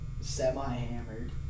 semi-hammered